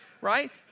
right